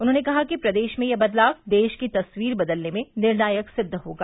उन्होंने कहा कि प्रदेश में यह बदलाव देश की तस्वीर बदलने में निर्णायक सिद्ध होगा